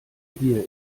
hier